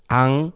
ang